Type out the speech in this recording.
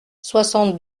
soixante